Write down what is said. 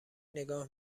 نگاه